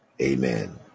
Amen